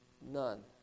None